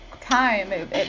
time